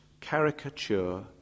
caricature